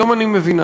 היום אני מבינה.